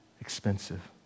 expensive